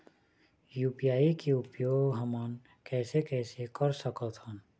UPI के उपयोग हमन कैसे कैसे कर सकत हन?